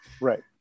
right